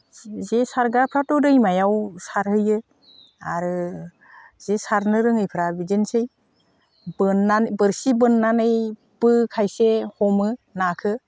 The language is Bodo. जे सारग्राफ्राथ' दैमायाव सारहैयो आरो जे सारनो रोङैफ्रा बिदिनोसै बोननानै बोरसि बोननानैबो खायसे हमो नाखौ